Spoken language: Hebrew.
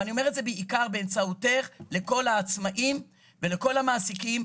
ואני אומר את זה בעיקר באמצעותך לכל העצמאים ולכל המעסיקים,